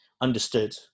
understood